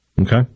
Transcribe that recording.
Okay